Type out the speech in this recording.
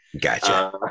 Gotcha